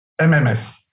MMF